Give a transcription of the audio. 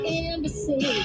embassy